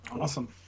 awesome